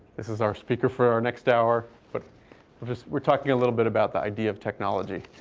this is our speaker for our next hour. but we're talking a little bit about the idea of technology.